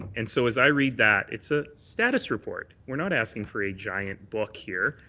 and so as i read that, it's a status report. we're not asking for a giant book here.